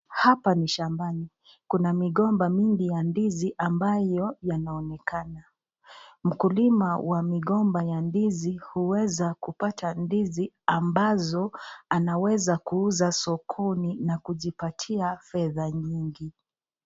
Hapa ni shambani kuna migomba mingi ya ndizi ambayo yanaonekana. Mkulima wa migomba ya ndizi huweza kupata ndizi ambazo anaweza kuuza sokoni na kujipatia fedha nyingi.